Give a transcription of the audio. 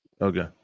Okay